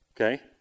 Okay